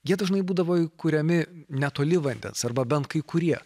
jie dažnai būdavo įkuriami netoli vandens arba bent kai kurie